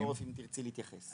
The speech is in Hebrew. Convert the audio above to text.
-- ופה רותם אם תרצי להתייחס.